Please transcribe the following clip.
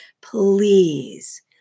please